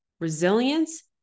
Resilience